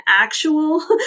actual